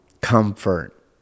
comfort